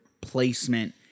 placement